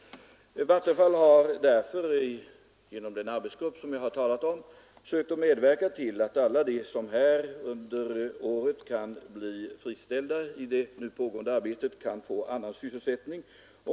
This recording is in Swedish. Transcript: Vattenfall har därför — genom den arbetsgrupp som jag har talat om — sökt medverka till att alla de som under året kan bli friställda från det nu pågående arbetet skall få en sysselsättning.